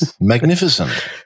Magnificent